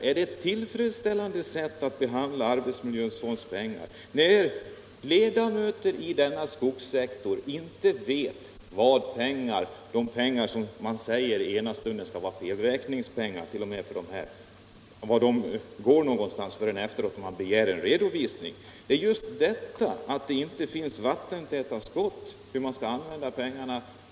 Är det ett tillfredsställande sätt att fördela arbetsmiljöfondens pengar, att det finns sådana här vattentäta skott och att de som arbetar inom skogssektorn inte får veta vart de s.k. felräkningspengarna gått förrän det begärs en redovisning? Det är sådant som gör att förhållandena måste ändras.